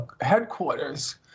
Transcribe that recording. headquarters